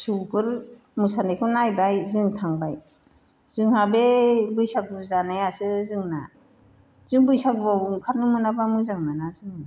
फिसौफोर मोसानायखौ नायबाय जों थांबाय जोंहा बे बैसागु जानायासो जोंना जों बैसागुआव ओंखारनो मोनाबा मोजां मोना जोङो